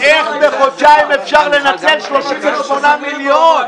אבל איך בחודשיים אפשר לנצל 38 מיליון?